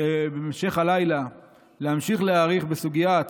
בהמשך הלילה להמשיך להאריך בסוגיית